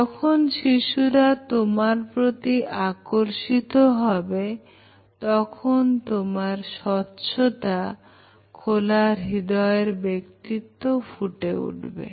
যখন শিশুরা তোমার প্রতি আকর্ষিত হবে তখন তোমার স্বচ্ছতা খোলা হৃদয়ের ব্যক্তিত্ব ফুটে উঠবে